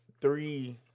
three